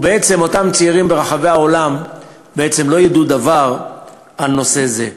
ובעצם אותם צעירים ברחבי העולם לא ידעו דבר על נושא זה.